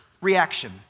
reaction